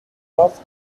laughed